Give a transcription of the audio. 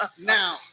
now